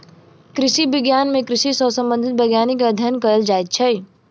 कृषि विज्ञान मे कृषि सॅ संबंधित वैज्ञानिक अध्ययन कयल जाइत छै